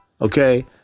Okay